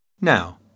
Now